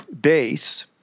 base